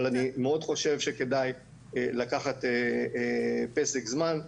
אבל אני מאוד חושב שכדאי לקחת פסק זמן,